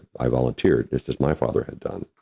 i volunteered, just as my father had done,